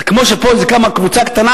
זה כמו שפה קמה קבוצה קטנה,